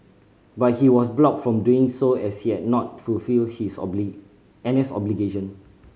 but he was blocked from doing so as he had not fulfilled his N S obligation